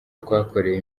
twakoreye